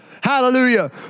Hallelujah